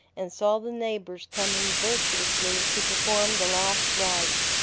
and saw the neighbors coming virtuously to perform the last rites,